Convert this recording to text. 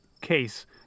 case